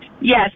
Yes